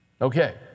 Okay